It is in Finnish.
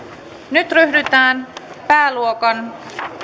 nyt ryhdytään pääluokan